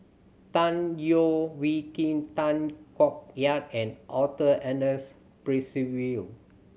Tan Leo Wee Hin Tay Koh Yat and Arthur Ernest Percival